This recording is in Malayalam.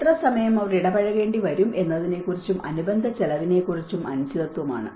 എത്ര സമയം അവർ ഇടപഴകേണ്ടി വരും എന്നതിനെക്കുറിച്ചും അനുബന്ധ ചെലവിനെക്കുറിച്ചും അനിശ്ചിതത്വം ആണ്